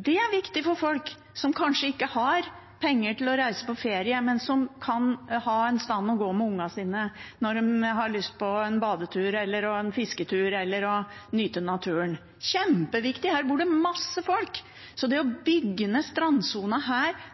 Det er viktig for folk som kanskje ikke har penger til å reise på ferie, men som kan ha et sted å gå med ungene sine når de har lyst på en badetur eller en fisketur eller å nyte naturen – kjempeviktig! Her bor det masse folk, så det å